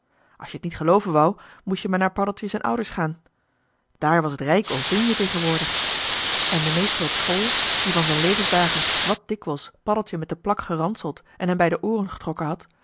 als je t niet gelooven wou moest je maar naar paddeltje z'n ouders gaan daar was t rijk oostinje tegenwoordig en de meester op school die van z'n levensdagen joh h been paddeltje de scheepsjongen van michiel de ruijter wat dikwijls paddeltje met de plak geranseld en hem bij de ooren getrokken had